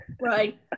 Right